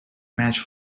match